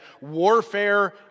warfare